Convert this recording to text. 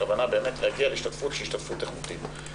הכוונה היא באמת להגיע להשתתפות שהיא השתתפות איכותית.